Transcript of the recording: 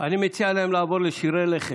אני מציע להם לעבור לשירי לכת,